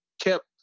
kept